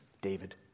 David